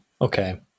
Okay